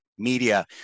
media